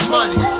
Money